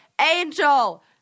angel